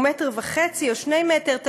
הוא מטר וחצי או 2 מטר רבועים,